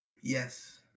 Yes